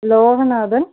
Loganathan